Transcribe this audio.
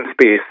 space